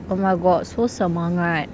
oh my god so semangat